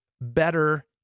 better